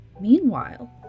Meanwhile